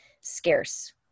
scarce